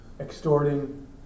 extorting